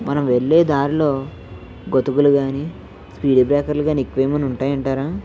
మనం వెళ్లే దారిలో గతుకులుగానీ స్పీడ్ బ్రేకర్లు గానీ ఎక్కువ ఏమన్నా ఉంటాయంటారా